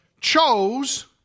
Chose